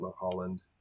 Holland